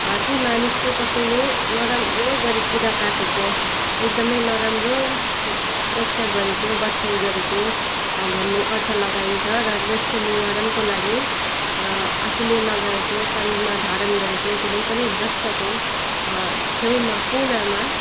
ती मानिसको कसैले नराम्रो गरी कुरा काटेको एकदमै नराम्रो व्याख्या गरेको बट्ठ्याई गरेको भन्ने अर्थ लगाइन्छ र यसको निवारणको लागि आफूले लगाएको शरीरमा धारण गरेको कुनै पनि वस्त्रको छेउमा कुनामा